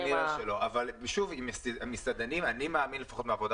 כנראה שלא אבל המסעדנים לפחות כך אני מאמין מהעבודה